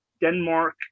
denmark